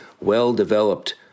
well-developed